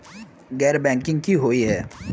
गैर बैंकिंग की हुई है?